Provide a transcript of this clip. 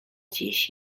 dziś